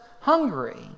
hungry